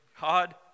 God